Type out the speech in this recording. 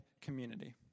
community